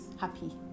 happy